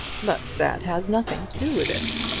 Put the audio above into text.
but that has nothing to do with it.